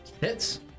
Hits